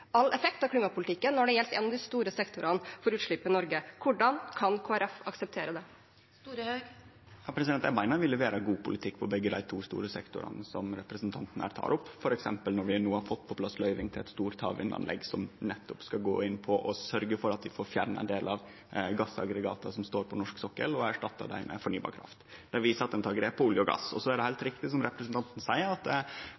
all effekt av klimapolitikken når det gjelder en av de store sektorene for utslipp i Norge. Hvordan kan Kristelig Folkeparti akseptere det? Eg meiner vi leverer god politikk på begge dei to store sektorane som representanten her tek opp, f.eks. når vi no har fått på plass løyving til eit stort havvindanlegg som nettopp skal gå inn og sørgje for at vi får fjerna ein del av gassaggregata som står på norsk sokkel, og erstatte dei med fornybar kraft. Det viser at ein tek grep når det gjeld olje og gass. Så er det heilt